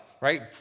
right